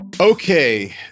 Okay